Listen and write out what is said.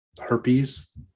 herpes